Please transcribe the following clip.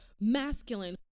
masculine